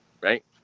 right